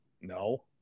No